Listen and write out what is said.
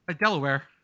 Delaware